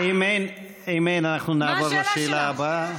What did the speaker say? טוב, אם אין, אנחנו נעבור לשאלה הבאה.